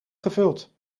gevuld